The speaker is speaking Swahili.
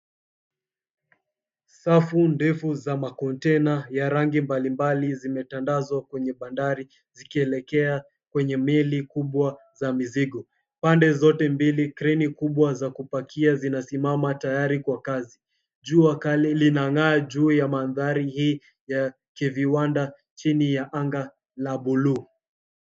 Safu ndefu za makonteina ya rangi mbalimbali zimetandazwa kwenye bandari zikielekea kwenye meli kubwa za mizigo. Pande zote mbili kreni kubwa za kupakia zinasimama tayari kwa kazi. Jua kali linang'aa juu ya mandhari hii ya kiviwanda chini ya anga la buluu.